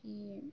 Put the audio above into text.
কি